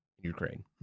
Ukraine